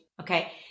Okay